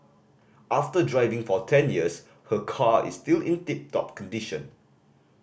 after driving for ten years her car is still in tip top condition